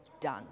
done